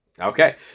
okay